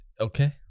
Okay